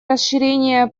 расширение